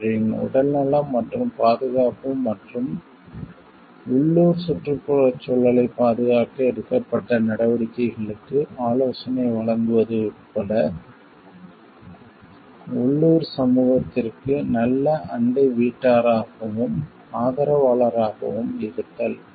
அவர்களின் உடல்நலம் மற்றும் பாதுகாப்பு மற்றும் உள்ளூர் சுற்றுச்சூழலைப் பாதுகாக்க எடுக்கப்பட்ட நடவடிக்கைகளுக்கு ஆலோசனை வழங்குவது உட்பட உள்ளூர் சமூகத்திற்கு நல்ல அண்டை வீட்டாராகவும் ஆதரவாளராகவும் இருத்தல்